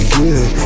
good